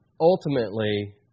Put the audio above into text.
ultimately